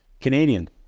canadian